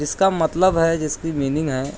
جس کا مطلب ہے جس کی مینگ ہے